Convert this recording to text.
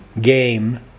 game